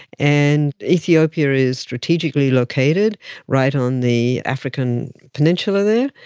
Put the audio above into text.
and ethiopia is strategically located right on the african peninsula there,